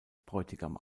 bräutigam